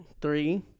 Three